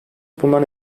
bundan